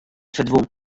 ferdwûn